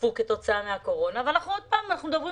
שהתווספו כתוצאה מהקורונה והנה עוד ענף.